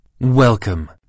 welcome